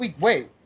Wait